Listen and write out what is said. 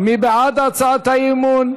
מי בעד הצעת האי-אמון?